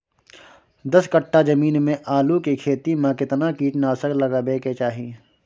दस कट्ठा जमीन में आलू के खेती म केतना कीट नासक लगबै के चाही?